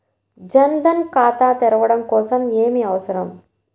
జన్ ధన్ ఖాతా తెరవడం కోసం ఏమి అవసరం?